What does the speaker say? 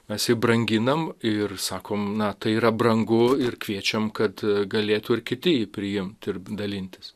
mes jį branginam ir sakom na tai yra brangu ir kviečiam kad galėtų ir kiti jį priimt ir dalintis